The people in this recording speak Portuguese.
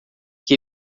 que